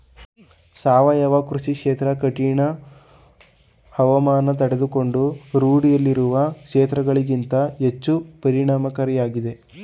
ಸಾವಯವ ಕೃಷಿ ಕ್ಷೇತ್ರ ಕಠಿಣ ಹವಾಮಾನ ತಡೆದುಕೊಂಡು ರೂಢಿಯಲ್ಲಿರುವ ಕೃಷಿಕ್ಷೇತ್ರಗಳಿಗಿಂತ ಹೆಚ್ಚು ಪರಿಣಾಮಕಾರಿಯಾಗಿದೆ